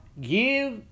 Give